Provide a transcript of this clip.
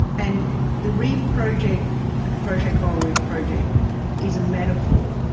and the reef project the crochet coral reef project is a metaphor,